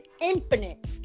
infinite